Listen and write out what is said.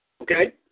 okay